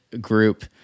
group